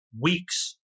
weeks